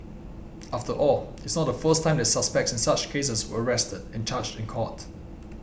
after all it's not the first time that suspects in such cases were arrested and charged in court